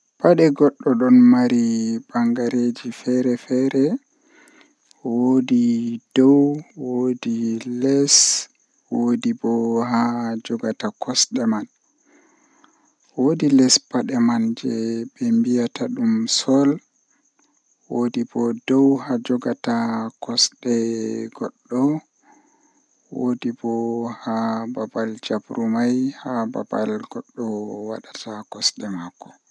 Ndikkinami maayo dow kooseeje ngam maayo do don mari ndiyam haa nbder jei awawata yarugo ndiyamman yara loota loota limsema awada ko ayidi kala bi adamaajo fu don mai haaje ndiyam amma kooseje nafu maajum sedda